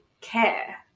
care